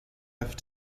have